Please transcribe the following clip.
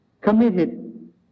committed